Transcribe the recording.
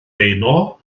beuno